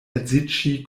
edziĝi